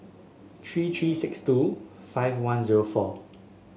three three six two five one zero four